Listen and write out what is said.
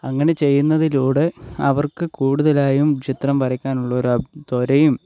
അങ്ങനെ ചെയ്യുന്നതിലൂടെ അവർക്ക് കൂടുതലായും ചിത്രം വരക്കാനുള്ള ഒരു ത്വരയും